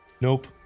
Nope